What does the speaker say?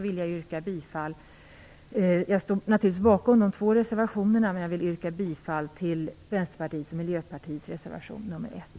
Jag står naturligtvis bakom båda reservationerna, men jag vill yrka bifall till Vänsterpartiets och Miljöpartiets reservation nr 1.